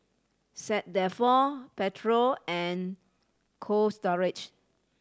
Saint Dalfour Pedro and Cold Storage